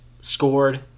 scored